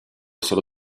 solo